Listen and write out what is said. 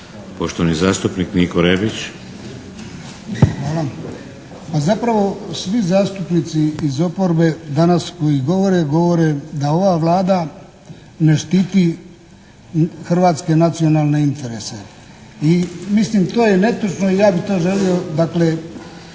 Rebić. **Rebić, Niko (HDZ)** Hvala. Pa zapravo svi zastupnici iz oporbe danas koji govore, govore da ova Vlada ne štiti hrvatske nacionalne interese. I mislim to je netočno i ja bih to želio dakle,